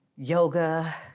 yoga